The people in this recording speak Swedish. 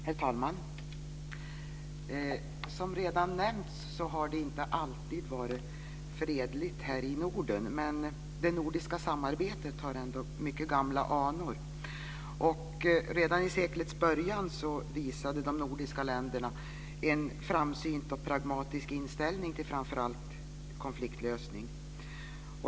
Herr talman! Som redan nämnts har det inte alltid varit fredligt här i Norden. Det nordiska samarbetet har ändå mycket gamla anor. Redan i seklets början visade de nordiska länderna en framsynt och pragmatisk inställning till framför att konfliktlösning.